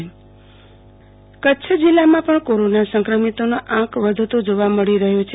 આરતી ભદ્દ જિલ્લા કોરોના કચ્છ જિલ્લામાં પણ કોરોના સંક્રમિતોનો આંક વધતો જોવા મળી રહ્યો છે